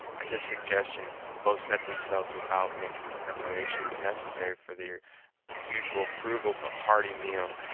at this suggestion, both set themselves about making the preparations necessary for their usual frugal but hearty meal.